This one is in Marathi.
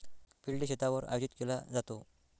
फील्ड डे शेतावर आयोजित केला जातो